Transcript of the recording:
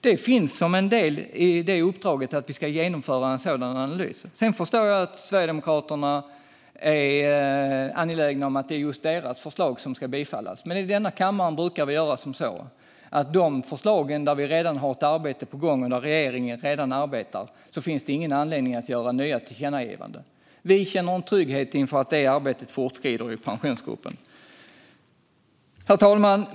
Det finns som en del i uppdraget att vi ska genomföra en sådan analys. Sedan förstår jag att Sverigedemokraterna är angelägna om att just deras förslag ska bifallas, men i denna kammare brukar vi göra så att för de förslag där det redan pågår ett arbete finns ingen anledning att göra nya tillkännagivanden till regeringen. Vi känner en trygghet i att det arbetet fortskrider i Pensionsgruppen. Herr talman!